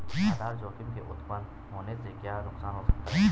आधार जोखिम के उत्तपन होने से क्या नुकसान हो सकता है?